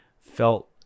felt